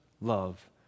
love